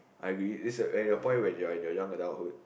I agree this your point when you're you're young adulthood